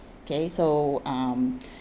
okay so um